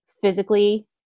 physically